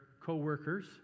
coworkers